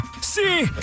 See